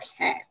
Okay